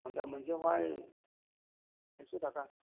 घन्टा मोनसेआवहाय एकस' थाखा